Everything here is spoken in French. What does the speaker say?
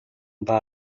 bas